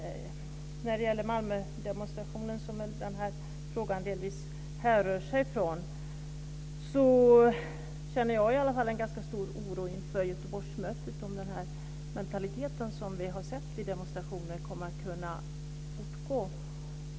När det gäller demonstrationen i Malmö, som den här frågan delvis härrör sig från, känner i alla fall jag en stor oro inför Göteborgsmötet, om den mentalitet som vi har sett vid olika demonstrationer kommer att fortgå.